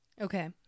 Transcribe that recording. Okay